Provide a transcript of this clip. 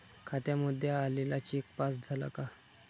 खात्यामध्ये आलेला cheque pass झाला का?